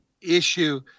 issue